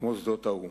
ומוסדות האו"ם.